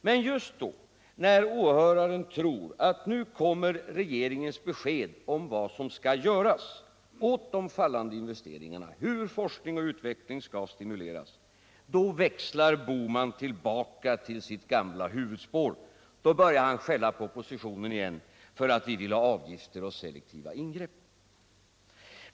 Men just när åhöraren tror att nu kommer regeringens besked om vad som skall göras åt de fallande investeringarna och hur forskning och utveckling skall stimuleras, då växlar Gösta Bohman tillbaka till sitt gamla huvudspår och börjar skälla på oppositionen för att vi vill ha avgifter och selektiva ingrepp.